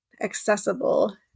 accessible